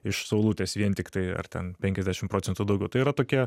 iš saulutės vien tiktai ar ten penkiasdešm procentų daugiau tai yra tokia